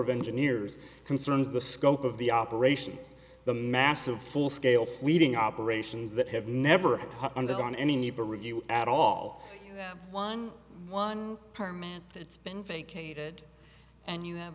of engineers concerns the scope of the operations the massive full scale sweeping operations that have never undergone any need to review at all one one permanent it's been vacated and you have